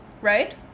right